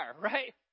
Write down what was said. right